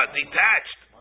detached